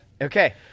okay